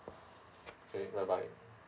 okay bye bye